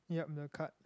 yup the card